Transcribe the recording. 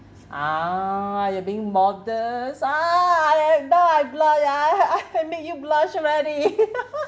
ah you are being modest ah lah ya I can make you blush already